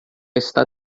está